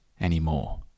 anymore